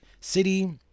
city